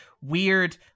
weird